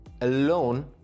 alone